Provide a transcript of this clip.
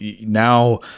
now